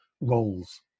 roles